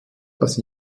aus